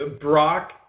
Brock